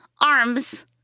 arms